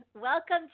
Welcome